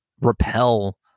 repel